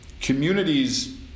Communities